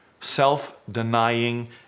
Self-denying